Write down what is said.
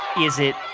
is it